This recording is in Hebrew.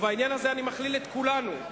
ובעניין הזה אני מכליל את כולנו,